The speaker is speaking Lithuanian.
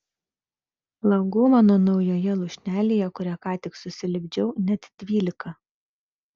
langų mano naujoje lūšnelėje kurią ką tik susilipdžiau net dvylika